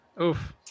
Oof